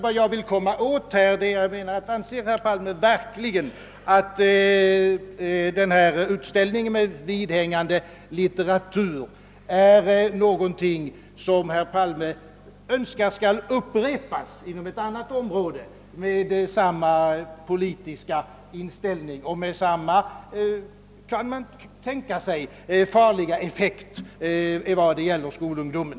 Vad jag vill ha svar på är: Anser herr Palme verkligen att denna utställ ning med vidhängande litteratur är någonting som herr Palme önskar skall upprepas inom något annat område med samma politiska inställning och med — kan man tänka sig — samma farliga effekt på skolungdomen?